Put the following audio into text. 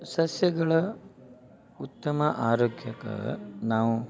ಸಸ್ಯಗಳ ಉತ್ತಮ ಆರೋಗ್ಯಕ ನಾವು